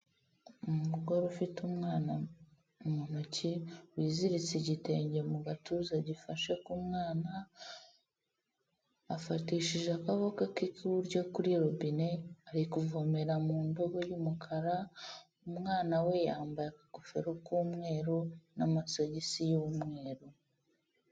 Umugore ufite umwana mu ntoki wiziritse igitenge mu gatuza gifashe k'umwana afatishije akaboko ke k'iburyo kuri robine ari kuvomera mu ndobo y'umukara, umwana we yambaye akagofero k'umweru n'amagisi y'umweru.